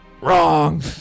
Wrong